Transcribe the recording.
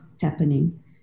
happening